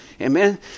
Amen